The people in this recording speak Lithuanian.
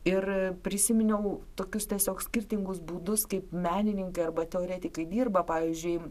ir prisiminiau tokius tiesiog skirtingus būdus kaip menininkai arba teoretikai dirba pavyzdžiui